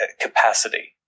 capacity